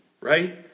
right